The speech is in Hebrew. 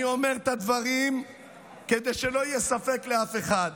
אני אומר את הדברים כדי שלא יהיה ספק לאף אחד.